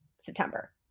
September